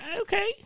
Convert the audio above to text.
okay